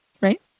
Right